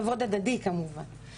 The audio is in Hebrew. כבוד הדדי כמובן.